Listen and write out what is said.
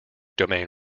domain